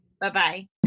Bye-bye